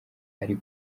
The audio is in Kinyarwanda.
ari